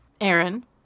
Aaron